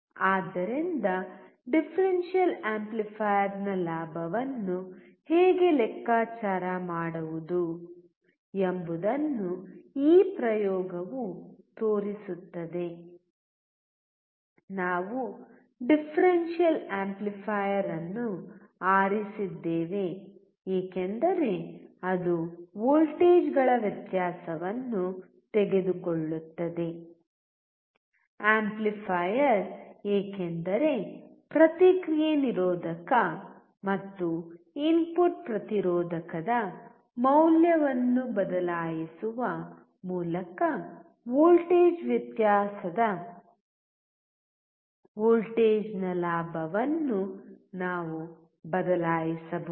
ಆದ್ದರಿಂದ ಡಿಫರೆನ್ಷಿಯಲ್ ಆಂಪ್ಲಿಫೈಯರ್ನ ಲಾಭವನ್ನು ಹೇಗೆ ಲೆಕ್ಕಾಚಾರ ಮಾಡುವುದು ಎಂಬುದನ್ನು ಈ ಪ್ರಯೋಗವು ತೋರಿಸುತ್ತದೆ ನಾವು ಡಿಫರೆನ್ಷಿಯಲ್ ಆಂಪ್ಲಿಫೈಯರ್ ಅನ್ನು ಆರಿಸಿದ್ದೇವೆ ಏಕೆಂದರೆ ಅದು ವೋಲ್ಟೇಜ್ಗಳ ವ್ಯತ್ಯಾಸವನ್ನು ತೆಗೆದುಕೊಳ್ಳುತ್ತದೆ ಆಂಪ್ಲಿಫಯರ್ ಏಕೆಂದರೆ ಪ್ರತಿಕ್ರಿಯೆ ನಿರೋಧಕ ಮತ್ತು ಇನ್ಪುಟ್ ಪ್ರತಿರೋಧಕದ ಮೌಲ್ಯವನ್ನು ಬದಲಾಯಿಸುವ ಮೂಲಕ ವೋಲ್ಟೇಜ್ನ ವ್ಯತ್ಯಾಸವಾದ ವೋಲ್ಟೇಜ್ನ ಲಾಭವನ್ನು ನಾವು ಬದಲಾಯಿಸಬಹುದು